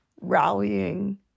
rallying